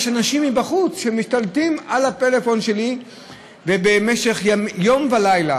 יש אנשים מבחוץ שמשתלטים על הפלאפון שלי ויום ולילה,